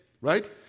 right